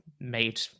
made